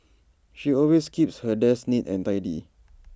she always keeps her desk neat and tidy